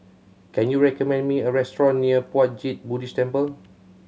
can you recommend me a restaurant near Puat Jit Buddhist Temple